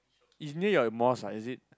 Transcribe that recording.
it's near a mosque ah is it